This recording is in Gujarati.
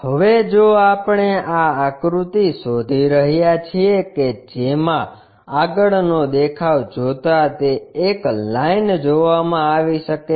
હવે જો આપણે આ આકૃતિ શોધી રહ્યા છીએ કે જેમાં આગળનો દેખાવ જોતા તે એક લાઈન જોવામાં આવી શકે છે